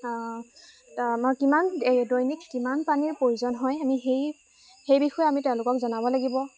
আমাৰ কিমান এই দৈনিক কিমান পানীৰ প্ৰয়োজন হয় আমি সেই সেই বিষয়ে আমি তেওঁলোকক জনাব লাগিব